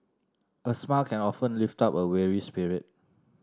a smile can often lift up a weary spirit